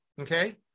okay